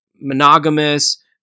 monogamous